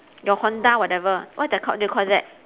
your honda whatever what they called what do you call that